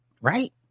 Right